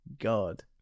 god